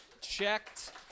checked